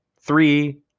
Three